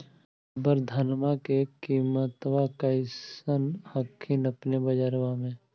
अबर धानमा के किमत्बा कैसन हखिन अपने के बजरबा में?